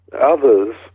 Others